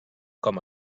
com